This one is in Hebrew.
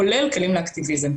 כולל כלים לאקטיביזם.